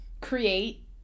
create